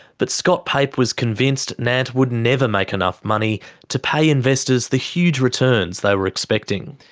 but scott pape was convinced nant would never make enough money to pay investors the huge returns they were expecting.